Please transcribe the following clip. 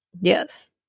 Yes